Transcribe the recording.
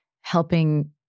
helping